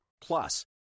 Plus